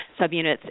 subunits